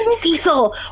Cecil